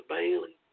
Bailey